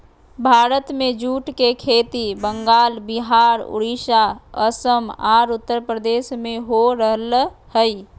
भारत में जूट के खेती बंगाल, विहार, उड़ीसा, असम आर उत्तरप्रदेश में हो रहल हई